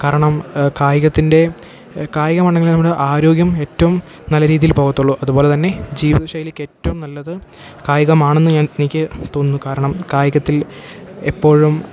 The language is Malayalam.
കാരണം കായികത്തിൻ്റെ കായികമുണ്ടെങ്കിലേ നമ്മുടെ ആരോഗ്യം ഏറ്റവും നല്ല രീതിയിൽ പോകത്തുള്ളു അതു പോലെ തന്നെ ജീവിത ശൈലിക്കേറ്റവും നല്ലത് കായികമാണെന്ന് ഞാൻ എനിക്ക് തോന്നുന്നു കാരണം കായികത്തിൽ എപ്പോഴും